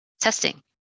testing